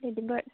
lady bird